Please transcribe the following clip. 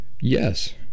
Yes